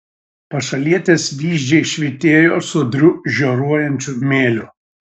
pašalietės vyzdžiai švytėjo sodriu žioruojančiu mėliu